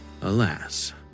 Alas